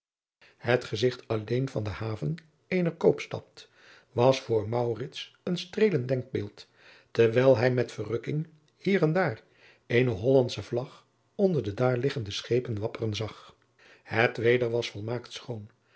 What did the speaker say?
het gezigt alleen van de haven eener koopstad was voor maurits een streelend denkbeeld terwijl hij met verrukking hier en daar eene hollandsche vlag onder de daar liggende schepen wapperen zag het weder was volmaakt schoon